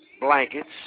blankets